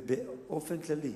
ובאופן כללי,